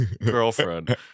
girlfriend